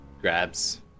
grabs